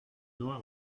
noir